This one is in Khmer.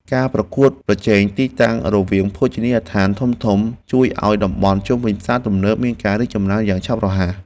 ការប្រកួតប្រជែងទីតាំងរវាងភោជនីយដ្ឋានធំៗជួយឱ្យតំបន់ជុំវិញផ្សារទំនើបមានការរីកចម្រើនយ៉ាងឆាប់រហ័ស។